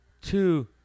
two